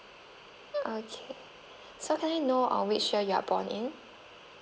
okay so can I know uh which year you are born in